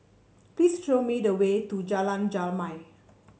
please show me the way to Jalan Jamal